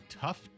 tough